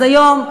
אז היום,